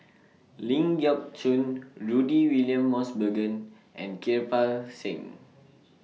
Ling Geok Choon Rudy William Mosbergen and Kirpal Singh